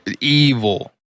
evil